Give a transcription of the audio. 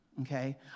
Okay